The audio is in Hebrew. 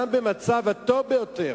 גם במצב הטוב ביותר,